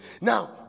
Now